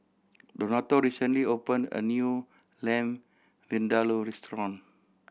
Donato recently opened a new Lamb Vindaloo restaurant